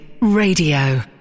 radio